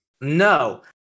No